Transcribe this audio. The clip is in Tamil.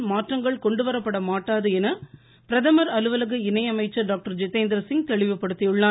குடிமை மாற்றங்கள் இந்திய கொண்டுவரப்பட மாட்டாது என்று பிரதமர் அலுவலக இணை அமைச்சர் டாக்டர் ஜிதேந்திரசிங் தெளிவுபடுத்தியுள்ளார்